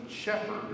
shepherd